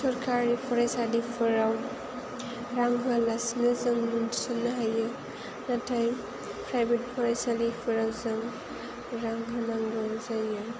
सरकारि फरायसालिफोराव रां होआ लासिनो जों मुं थिसननो हायो नाथाय प्राइबेभ फरायसालिफोराव जों रां होनांगौ जायो